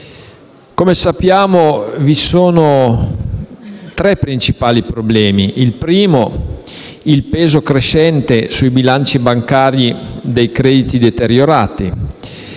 Come sappiamo, vi sono tre principali problemi. Il primo è costituito dal peso crescente sui bilanci bancari dei crediti deteriorati,